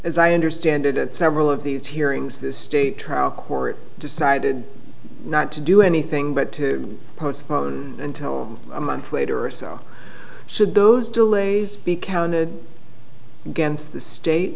as i understand it at several of these hearings this state trial court decided not to do anything but to postpone until a month later or so should those delays be counted against the state